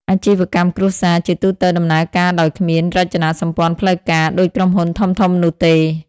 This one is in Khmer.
អាជីវកម្មគ្រួសារជាទូទៅដំណើរការដោយគ្មាន រចនាសម្ព័ន្ធផ្លូវការ ដូចក្រុមហ៊ុនធំៗនោះទេ។